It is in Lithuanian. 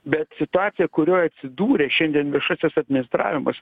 bet situacija kurioj atsidūrė šiandien viešasis administravimas